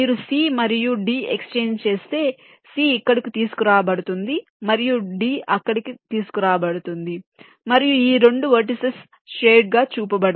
మీరు c మరియు d exchange చేస్తే c ఇక్కడకు తీసుకురాబడుతుంది మరియు d అక్కడికి తీసుకురాబడుతుంది మరియు ఈ 2 వెర్టిసిస్ షేడ్ గా చూపబడతాయి